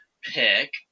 pick